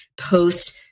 post